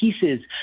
pieces